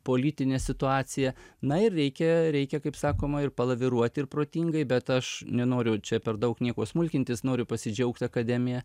politinė situacija na ir reikia reikia kaip sakoma ir palaviruoti ir protingai bet aš nenoriu čia per daug nieko smulkintis noriu pasidžiaugt akademija